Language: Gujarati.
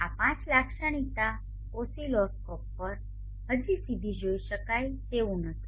આ IV લાક્ષણિકતા ઓસિલોસ્કોપ પર હજી સીધી જોઈ શકાય તેવું નથી